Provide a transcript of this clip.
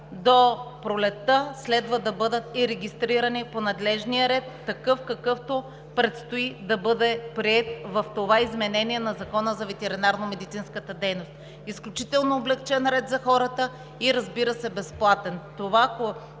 до пролетта следва да бъдат и регистрирани по надлежния ред, какъвто предстои да бъде приет в това изменение на Закона за ветеринарномедицинската дейност – изключително облекчен ред за хората, и, разбира се, безплатен,